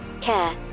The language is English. care